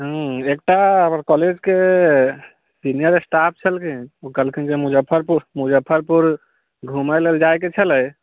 हूँ एकटा हमर कॉलेजके सीनियर स्टाफ छलखिन उ कहलखिन जे मुजफ्फरपुर मुजफ्फरपुर घुमै लेल जाइके छलै